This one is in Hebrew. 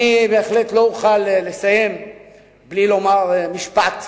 אני בהחלט לא אוכל לסיים בלי לומר משפט פוליטי,